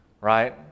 right